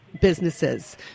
businesses